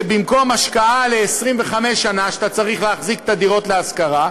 שבמקום השקעה ל-25 שנה שאתה צריך להחזיק את הדירות להשכרה,